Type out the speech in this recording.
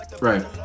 Right